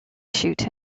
shoot